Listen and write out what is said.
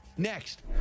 Next